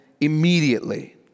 immediately